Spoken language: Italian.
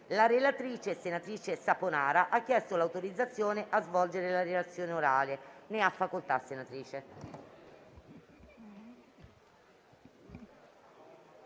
La relatrice, senatrice Saponara, ha chiesto l'autorizzazione a svolgere la relazione orale. Non facendosi